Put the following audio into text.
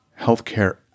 healthcare